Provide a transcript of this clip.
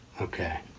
Okay